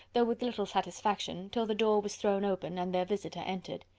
though with little satisfaction, till the door was thrown open and their visitor entered.